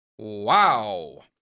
Wow